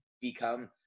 become